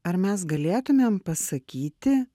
ar mes galėtumėm pasakyti